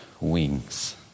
Wings